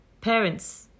parents